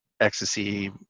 ecstasy